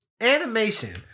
Animation